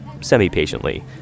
semi-patiently